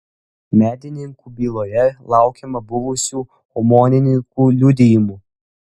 medininkų byloje laukiama buvusių omonininkų liudijimų